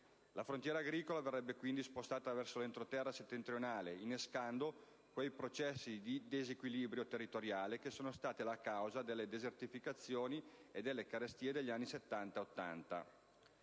La frontiera agricola verrebbe quindi spostata verso l'entroterra settentrionale, innescando quei processi di disequilibrio territoriale che sono stati la causa della desertificazione e delle carestie degli anni